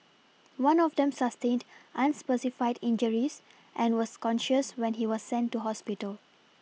one of them sustained unspecified injuries and was conscious when he was sent to hospital